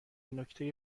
نکته